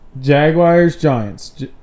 Jaguars-Giants